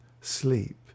sleep